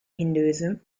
hinduism